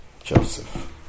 Joseph